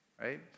right